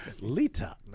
Lita